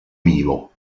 vivo